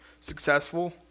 successful